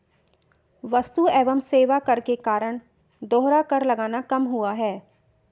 वस्तु एवं सेवा कर के कारण दोहरा कर लगना कम हुआ है